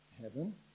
Heaven